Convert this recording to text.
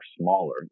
smaller